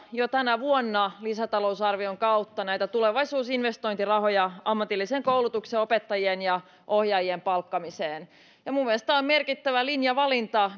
jo tänä vuonna lisätalousarvion kautta panostamalla näitä tulevaisuusinvestointirahoja ammatillisen koulutuksen opettajien ja ohjaajien palkkaamiseen minun mielestäni on myöskin merkittävä linjavalinta